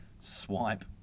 swipe